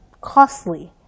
costly